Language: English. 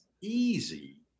easy